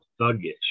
thuggish